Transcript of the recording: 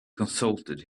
consulted